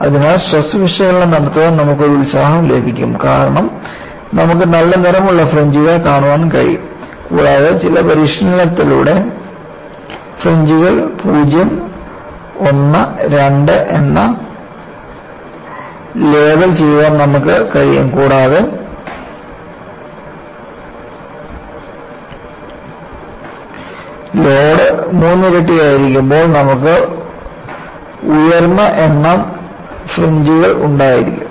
അതിനാൽ സ്ട്രെസ് വിശകലനം നടത്താൻ നമുക്ക് ഒരു ഉത്സാഹം ലഭിക്കുന്നു കാരണം നമുക്ക് നല്ല നിറമുള്ള ഫ്രിഞ്ച്കൾ കാണാൻ കഴിയും കൂടാതെ ചില പരിശീലനത്തിലൂടെ ഫ്രിഞ്ച്കളെ 0 1 2 എന്ന് ലേബൽ ചെയ്യാൻ നമുക്ക് കഴിയും കൂടാതെ ലോഡ് മൂന്നിരട്ടിയായിരിക്കുമ്പോൾ നമുക്ക് ഉയർന്ന എണ്ണം ഫ്രിഞ്ച്കൾ ഉണ്ടായിരിക്കും